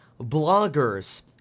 bloggers